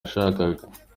yashakaga